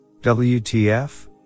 WTF